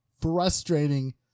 frustrating